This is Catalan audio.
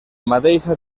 mateixa